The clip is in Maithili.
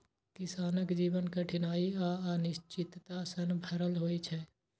किसानक जीवन कठिनाइ आ अनिश्चितता सं भरल होइ छै